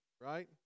right